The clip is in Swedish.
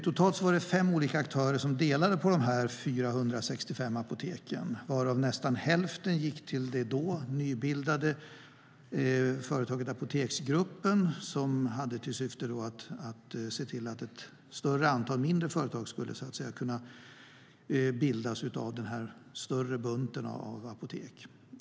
Totalt var det fem olika aktörer som delade på de 465 apoteken, varav nästan hälften gick till det då nybildade företaget Apoteksgruppen som hade till syfte att se till att ett större antal mindre företag skulle kunna bildas.